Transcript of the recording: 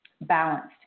balanced